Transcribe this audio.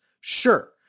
Sure